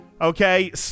Okay